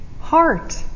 heart